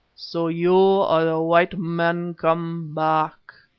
so you are the white men come back,